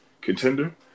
contender